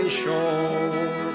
shore